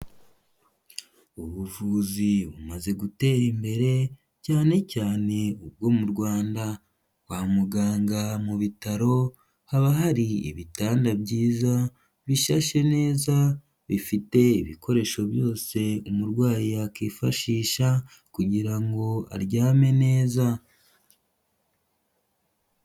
Ubuvuzi bumaze gutera imbere cyane cyane ubwo mu Rwanda, kwa muganga mu bitaro haba hari ibitanda byiza, bishashe neza, bifite ibikoresho byose umurwayi yakwifashisha kugira ngo aryame neza.